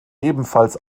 ebenfalls